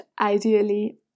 ideally